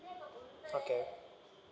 okay